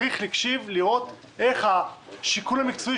צריך להקשיב ולראות איך השיקול המקצועי,